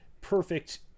perfect